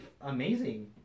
amazing